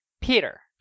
Peter